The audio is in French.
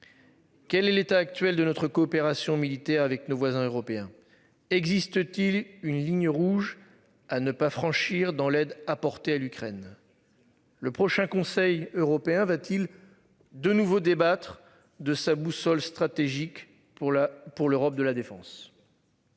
Quel est l'état actuel de notre coopération militaire avec nos voisins européens. Existe-t-il une ligne rouge à ne pas franchir dans l'aide apportée à l'Ukraine. Le prochain conseil européen va-t-il de nouveau débattre de sa boussole stratégique pour la, pour l'Europe de la défense.